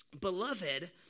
Beloved